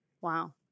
wow